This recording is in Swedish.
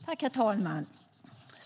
Herr talman!